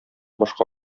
башка